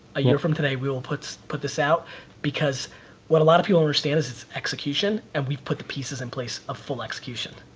a year from today we will put put this out because what a lot of people don't understand is it's execution, and we put the pieces in place of full execution,